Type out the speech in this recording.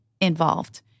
involved